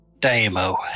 Damo